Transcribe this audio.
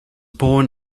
born